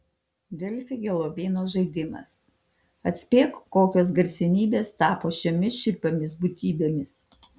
delfi helovino žaidimas atspėk kokios garsenybės tapo šiomis šiurpiomis būtybėmis